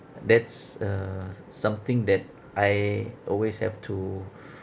that's uh something that I always have to